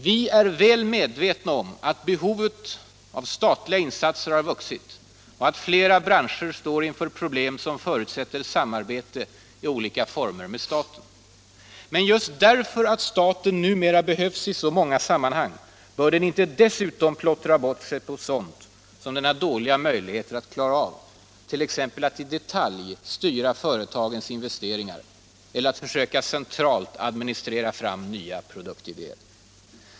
Vi är väl medvetna om att behovet av statliga insatser har vuxit och att flera branscher står inför problem som förutsätter samarbete med staten i olika former. Men just därför att staten numera behövs i så många sammanhang, bör den inte plottra bort sig på sådant som den har dåliga förutsättningar att klara av, t.ex. att i detalj styra företagens investeringar eller försöka att centralt administrera fram produktidéer.